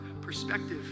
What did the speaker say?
perspective